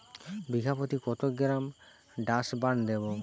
বিঘাপ্রতি কত gram Dursban দেবো?